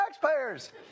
taxpayers